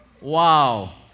Wow